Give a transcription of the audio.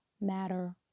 matter